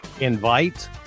invite